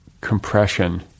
compression